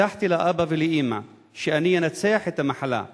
הבטחתי לאבא ולאמא שאני אנצח את המחלה.